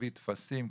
תביא טפסים,